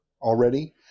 already